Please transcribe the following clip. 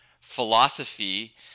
philosophy